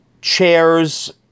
chairs